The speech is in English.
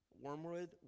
Wormwood